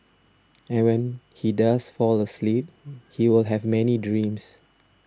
and when he does fall asleep he will have many dreams